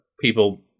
people